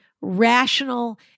rational